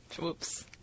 Whoops